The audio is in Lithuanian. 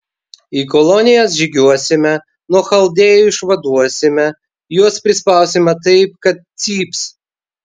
į kolonijas žygiuosime nuo chaldėjų išvaduosime juos prispausime taip kad cyps